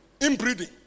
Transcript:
Inbreeding